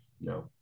No